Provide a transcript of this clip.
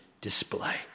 display